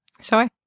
Sorry